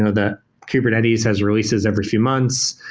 ah the kubernetes has releases every few months.